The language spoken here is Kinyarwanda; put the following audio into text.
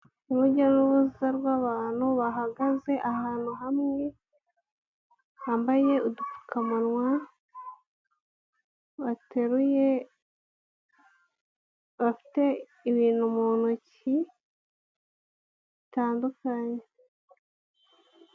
Urujya n'uruza rw'abantu bahagaze ahantu hamwe, hambaye udupfukamunwa bateruye bafite ibintu mu ntoki bitandukanye.